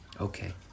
Okay